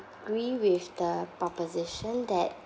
agree with the proposition that